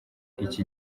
iki